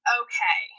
okay